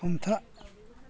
हमथा